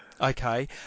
Okay